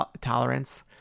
tolerance